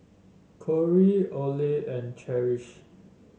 Corry Orley and Cherish